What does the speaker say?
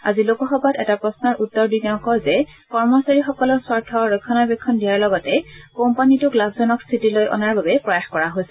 আজি লোকসভাত এটা প্ৰশ্নৰ উত্তৰ দি তেওঁ কয় যে কৰ্মচাৰীসকলৰ স্বাৰ্থ ৰক্ষণাবেক্ষণ দিয়াৰ লগতে কোম্পানীটোক লাভজনক স্থিতিলৈ অনাৰ বাবে প্ৰয়াস কৰা হৈছে